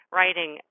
writing